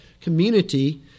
community